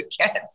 again